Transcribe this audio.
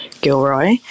Gilroy